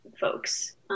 folks